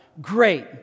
Great